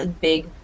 big